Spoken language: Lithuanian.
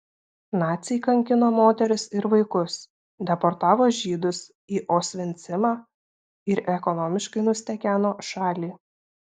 naciai kankino moteris ir vaikus deportavo žydus į osvencimą ir ekonomiškai nustekeno šalį